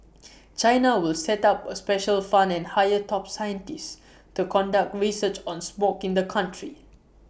China will set up A special fund and hire top scientists to conduct research on smog in the country